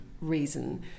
reason